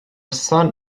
son